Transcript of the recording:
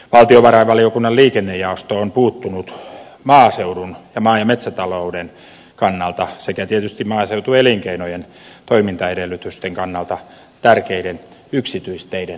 valtiovarainvaliokunnan liikennejaosto on puuttunut maaseudun ja maa ja metsätalouden kannalta sekä tietysti maaseutuelinkeinojen toimintaedellytysten kannalta tärkeiden yksityisteiden rahoitukseen